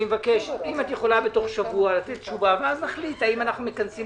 אם תוכלי תוך שבוע לתת תשובה ואז נחליט אם אנחנו מכנסים